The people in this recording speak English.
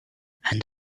and